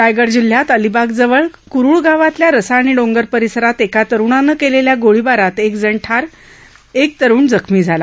रायगड जिल्ह्यात अलिबागजवळ कुरूळ गावातल्या रसाणी डोंगर परिसरात एका तरूणानं केलेल्या गोळीबारात एकजण ठार एक तरूण गंभीर जखमी झाला